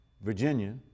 Virginia